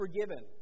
forgiven